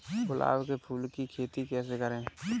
गुलाब के फूल की खेती कैसे करें?